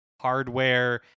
hardware